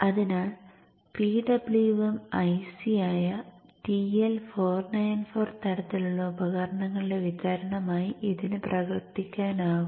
അതിനാൽ PWM IC ആയ TL494 തരത്തിലുള്ള ഉപകരണങ്ങളുടെ വിതരണമായി ഇതിന് പ്രവർത്തിക്കാനാകുമോ